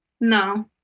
No